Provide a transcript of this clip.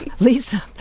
Lisa